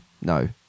no